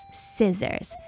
scissors